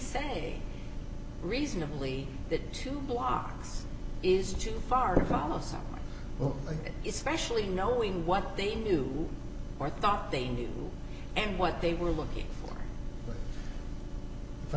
say reasonably that two blocks is too far to follow someone who is especially knowing what they knew or thought they knew and what they were looking for